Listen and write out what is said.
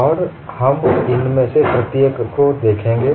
और हम इनमें से प्रत्येक को देखेंगे